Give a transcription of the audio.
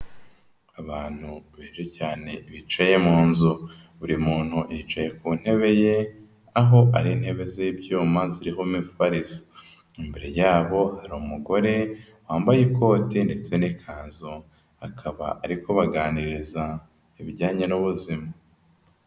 Abantu benshi cyane bicaye mu nzu, buri muntu yicaye ku ntebe ye aho ari intebe z'ibyuma ziriho imifariso, imbere yabo hari umugore wambaye ikote ndetse n'ikanzu, akaba ari kubaganiriza ibijyanye n'ubuzima.